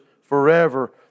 forever